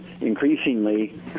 increasingly